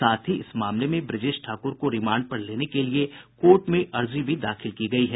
साथ ही इस मामले में ब्रजेश ठाकुर को रिमांड पर लेने के लिए कोर्ट में अर्जी भी दाखिल की गयी है